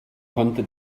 konnte